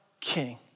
king